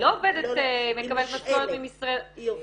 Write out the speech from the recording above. היא לא עובדת ומקבלת משכורת -- היא מושאלת.